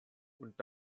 und